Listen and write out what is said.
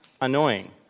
annoying